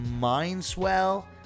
Mindswell